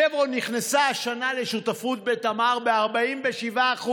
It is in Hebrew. שברון נכנסה השנה לשותפות בתמר ב-47%.